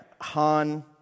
Han